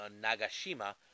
Nagashima